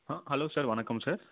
ஆ hello sir வணக்கம் sir